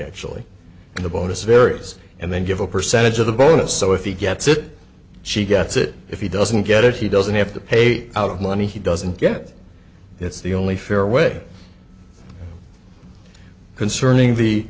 actually in the bonus various and then give a percentage of the bonus so if he gets it she gets it if he doesn't get it he doesn't have to pay out of money he doesn't get it's the only fair way concerning the